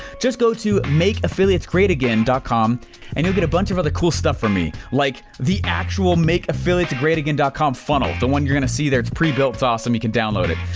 just go to makeaffiliatesgreateagain dot com and you'll get a bunch of other cool stuff from me. like the actual makeaffiliatesgreateagain dot com funnel. the one you're gonna see there it's pre-built ah so you can download it.